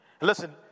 Listen